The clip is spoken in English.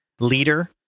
leader